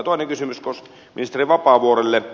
toinen kysymys ministeri vapaavuorelle